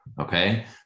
okay